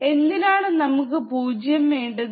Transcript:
എന്തിനാണ് നമുക്ക് പൂജ്യം വേണ്ടുന്നത്